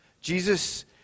Jesus